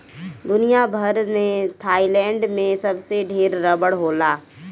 दुनिया भर में थाईलैंड में सबसे ढेर रबड़ होला